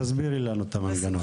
תסבירי לנו את המנגנון.